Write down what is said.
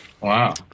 Wow